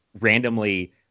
randomly